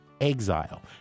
exile